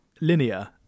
linear